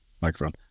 microphone